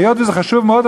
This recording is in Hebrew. היות שזה חשוב מאוד,